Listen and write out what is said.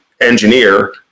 engineer